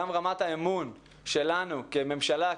גם רמת האמון שלנו כממשלה,